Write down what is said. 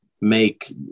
make